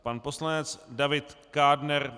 Pan poslanec David Kádner.